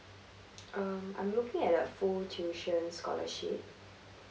um I'm looking at the full tuition scholarship